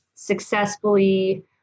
successfully